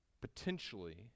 potentially